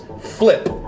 flip